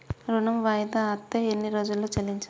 ఋణం వాయిదా అత్తే ఎన్ని రోజుల్లో చెల్లించాలి?